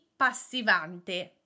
passivante